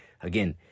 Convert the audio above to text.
again